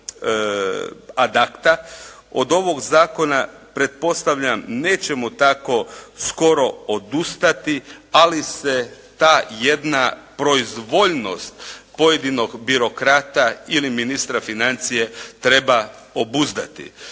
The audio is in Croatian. Od ovog zakona pretpostavljam, nećemo tako skoro odustati, ali se ta jedna proizvoljnost pojedinog birokrata ili ministra financija treba obuzdati.